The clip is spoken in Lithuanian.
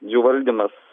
jų valdymas